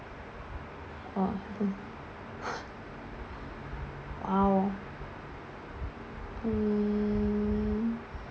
oh !wow! hmm